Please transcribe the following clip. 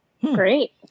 Great